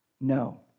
No